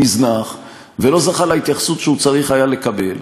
נזנח ולא זכה להתייחסות שהוא צריך היה לקבל,